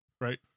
Right